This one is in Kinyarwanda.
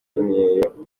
imyeyo